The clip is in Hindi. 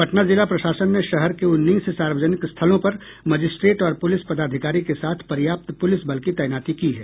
पटना जिला प्रशासन ने शहर के उन्नीस सार्वजनिक स्थलों पर मजिस्ट्रेट और पुलिस पदाधिकारी के साथ पर्याप्त पुलिस बल की तैनाती की है